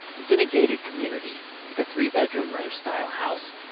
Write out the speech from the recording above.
it's in a gated community, like a three-bedroom-ranch-style house.